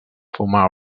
fumar